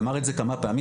אמר את זה כמה פעמים,